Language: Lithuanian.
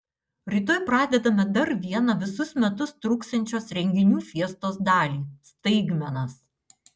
rytoj pradedame dar vieną visus metus truksiančios renginių fiestos dalį staigmenas